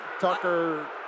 Tucker